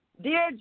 Dear